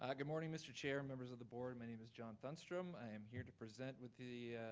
ah good morning, mr. chair, members of the board, my name is john thunstrom. i am here to present with the,